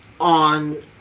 on